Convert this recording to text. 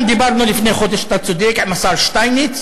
גם דיברנו לפי חודש, אתה צודק, עם השר שטייניץ,